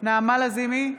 נעמה לזימי,